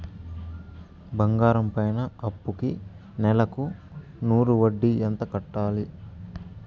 బంగారం పైన అప్పుకి నెలకు నూరు వడ్డీ ఎంత కట్టాలి?